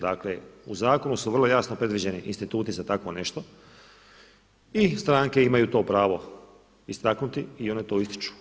Dakle, u zakonu su vrlo jasno predviđeni instituti za takvo nešto i stranke imaju to pravo istaknuti i one to ističu.